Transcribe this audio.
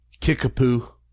kickapoo